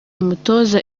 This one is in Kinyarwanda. umutoza